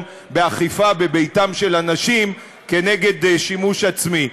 באכיפה בביתם של אנשים נגד שימוש עצמי,